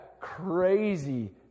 crazy